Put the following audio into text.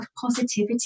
positivity